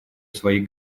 своих